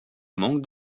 manque